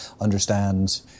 understand